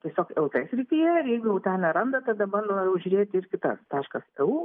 tiesiog lt srityje ir jeigu jau ten neranda tada bando jau žiūrėti ir kitas taškas eu